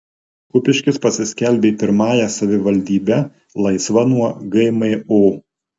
kupiškis pasiskelbė pirmąją savivaldybe laisva nuo gmo